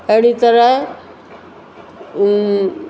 अहिड़ी तरह